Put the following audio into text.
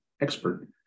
expert